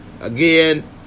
again